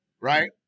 right